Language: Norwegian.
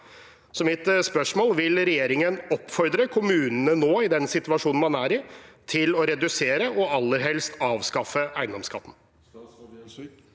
Mitt spørsmål er: Vil regjeringen oppfordre kommunene nå, i den situasjonen man er i, til å redusere og aller helst avskaffe eiendomsskatten?